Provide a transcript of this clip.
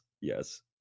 Yes